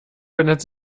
wendet